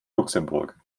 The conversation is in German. luxemburg